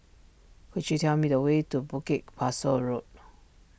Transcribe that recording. could you tell me the way to Bukit Pasoh Road